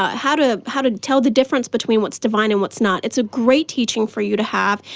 um how to how to tell the difference between what's divine and what's not, it's a great teaching for you to have,